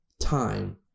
time